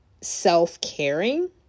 self-caring